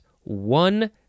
one